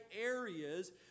areas